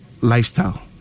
lifestyle